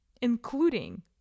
including